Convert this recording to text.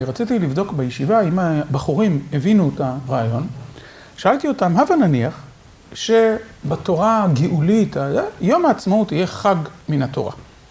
רציתי לבדוק בישיבה, אם הבחורים הבינו את הרעיון. שאלתי אותם, הבא נניח, שבתורה הגאולית, יום העצמאות יהיה חג מן התורה.